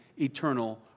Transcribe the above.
eternal